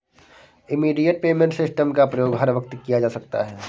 immediate payment system का प्रयोग हर वक्त किया जा सकता है